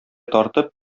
тартып